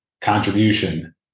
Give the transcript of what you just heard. contribution